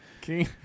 king